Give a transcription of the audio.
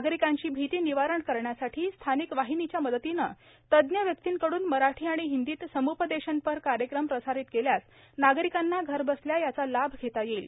नागरिकांची भीती निवारण करण्यासाठी स्थानिक वाहिनीच्या मदतीने तज्ज्ञ व्यक्तीकडून मराठी हिंदीत सम्पदेशनपर कार्यक्रम प्रसारित केल्यास नागरिकांना घरबसल्या याचा लाभ घेता येईल